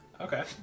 Okay